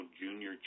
Junior